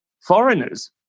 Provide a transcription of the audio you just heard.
foreigners